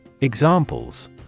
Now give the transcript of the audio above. Examples